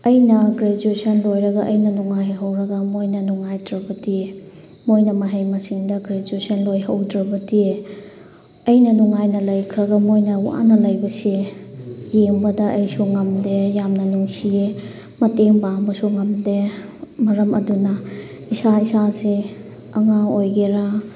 ꯑꯩꯅ ꯒ꯭ꯔꯦꯖ꯭ꯋꯦꯁꯟ ꯂꯣꯏꯔꯒ ꯑꯩꯅ ꯅꯨꯡꯉꯥꯏꯍꯧꯔꯒ ꯃꯣꯏꯅ ꯅꯨꯡꯉꯥꯏꯇ꯭ꯔꯕꯗꯤ ꯃꯣꯏꯅ ꯃꯍꯩ ꯃꯁꯤꯡꯗ ꯒ꯭ꯔꯦꯖ꯭ꯋꯦꯁꯟ ꯂꯣꯏꯍꯧꯗ꯭ꯔꯕꯗꯤ ꯑꯩꯅ ꯅꯨꯡꯉꯥꯏꯅ ꯂꯩꯈ꯭ꯔꯒ ꯃꯣꯏꯅ ꯋꯥꯅ ꯂꯩꯕꯁꯦ ꯌꯦꯡꯕꯗ ꯑꯩꯁꯨ ꯉꯝꯗꯦ ꯌꯥꯝꯅ ꯅꯨꯡꯁꯤꯌꯦ ꯃꯇꯦꯡ ꯄꯥꯡꯕꯁꯨ ꯉꯝꯗꯦ ꯃꯔꯝ ꯑꯗꯨꯅ ꯏꯁꯥ ꯏꯁꯥꯁꯦ ꯑꯉꯥꯡ ꯑꯣꯏꯒꯦꯔꯥ